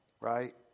Right